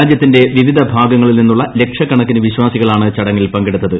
രാജ്യത്തിന്റെ വിവിധ ഭാഗങ്ങളിൽ നിന്നുള്ള ലക്ഷകണക്കിന് വിശ്വാസികളാണ് ചടങ്ങിൽ പങ്കെടുത്തത്